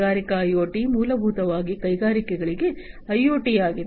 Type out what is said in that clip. ಕೈಗಾರಿಕಾ ಐಒಟಿ ಮೂಲಭೂತವಾಗಿ ಕೈಗಾರಿಕೆಗಳಿಗೆ ಐಒಟಿ ಆಗಿದೆ